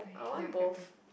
okay it's your your turn